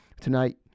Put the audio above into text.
Tonight